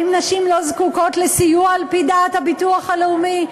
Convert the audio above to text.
האם נשים לא זקוקות לסיוע, לדעת הביטוח הלאומי?